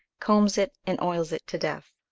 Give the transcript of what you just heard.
combs it and oils it to death.